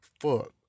Fuck